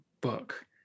book